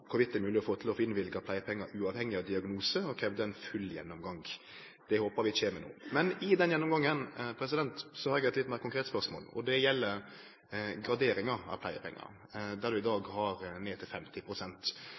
det var mogleg å få innvilga pleiepengar uavhengig av diagnose, og kravde ein full gjennomgang. Det håpar vi kjem. Men i samband med den gjennomgangen har eg eit litt meir konkret spørsmål, og det gjeld graderinga av pleiepengane, der vi i